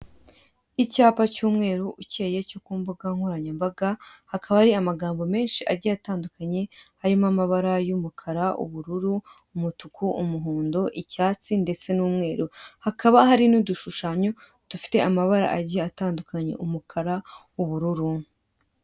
Icyapa cy' umweru ucyeye cyo ku mbugankoranyambaga hakaba hari amagambo menshi agiye atandukanye arimo amabara y' umukara, ubururu, umutuku, umuhondo icyatsi ndetse n' umweru. Hakaba hari n' udushushanyo dufite amabara agiye atandukanye umukara, ubururu.